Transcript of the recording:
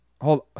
Hold